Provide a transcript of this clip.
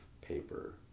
paper